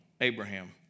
Abraham